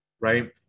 right